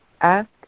ask